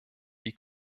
wie